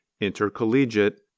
intercollegiate